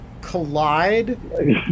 collide